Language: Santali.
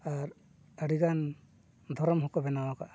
ᱟᱨ ᱟᱹᱰᱤ ᱜᱟᱱ ᱫᱷᱚᱨᱚᱢ ᱦᱚᱸᱠᱚ ᱵᱮᱱᱟᱣ ᱟᱠᱟᱫᱼᱟ